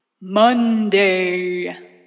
Monday